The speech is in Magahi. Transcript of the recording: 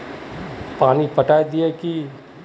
पानी पटाय दिये की?